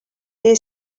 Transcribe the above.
they